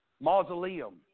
mausoleum